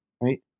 right